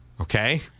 Okay